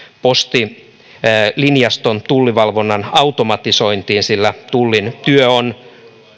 postilinjaston tullivalvonnan automatisointiin sillä tullin työ on